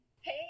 Hey